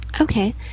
Okay